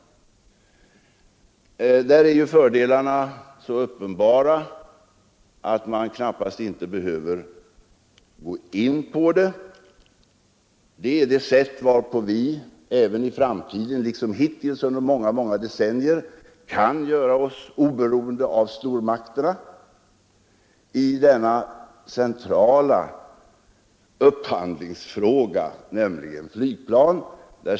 Fördelarna av detta är ju så uppenbara att man knappast behöver gå in på dem. Det är ett sätt att även i framtiden, liksom hittills under många decennier, göra oss oberoende av stormakterna i den centrala frågan om upphandling av flygplan.